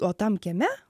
o tam kieme